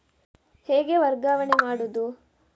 ಹೇಗೆ ವರ್ಗಾವಣೆ ಮಾಡುದು?